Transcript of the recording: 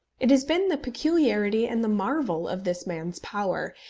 it has been the peculiarity and the marvel of this man's power,